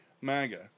MAGA